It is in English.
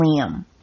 Liam